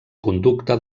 conducta